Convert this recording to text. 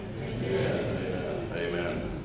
Amen